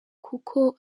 kuko